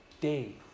day